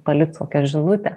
paliks kokią žinutę